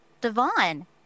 Devon